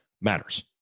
matters